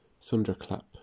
thunderclap